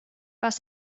was